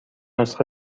نسخه